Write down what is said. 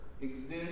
exist